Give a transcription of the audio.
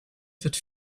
wird